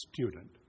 student